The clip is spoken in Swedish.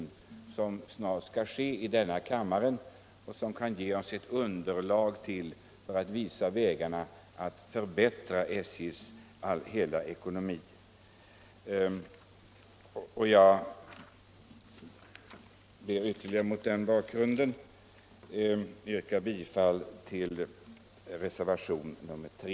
Den kommer ju snart att beslutas i denna kammare, och den skall ge oss underlag för vår bedömning och visa på vägarna att förbättra SJ:s ekonomi. Fru talman! Mot denna bakgrund vill jag yrka bifall till reservationen 3.